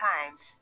Times